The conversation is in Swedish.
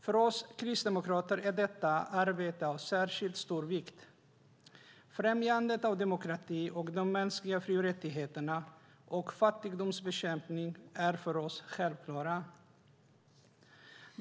För oss kristdemokrater är detta arbete av särskilt stor vikt. Främjandet av demokrati och de mänskliga fri och rättigheterna samt fattigdomsbekämpningen är för oss självklara.